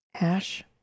Ash